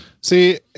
See